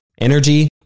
energy